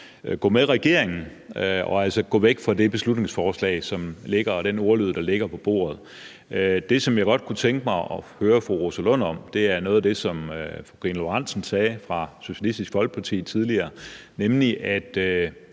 gå med regeringen og altså gå væk fra det beslutningsforslag og den ordlyd, der ligger på bordet. Det, som jeg godt kunne tænke mig at høre fru Rosa Lund om, er noget af det, som fru Karina Lorentzen Dehnhardt fra Socialistisk Folkeparti sagde tidligere, nemlig at